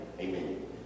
Amen